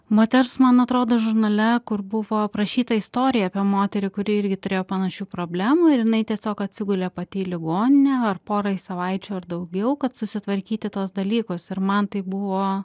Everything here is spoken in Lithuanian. moters man atrodo žurnale kur buvo aprašyta istorija apie moterį kuri irgi turėjo panašių problemų ir jinai tiesiog atsigulė pati į ligoninę ar porai savaičių ar daugiau kad susitvarkyti tuos dalykus ir man tai buvo